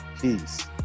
Peace